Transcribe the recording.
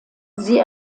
sie